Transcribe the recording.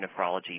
nephrology